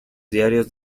diarios